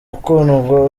ukundwa